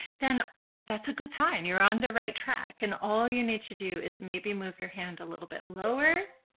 then that's a good sign. you're on the right track. and all you need to do is maybe move your hand a little bit lower.